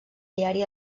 diari